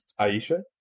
Aisha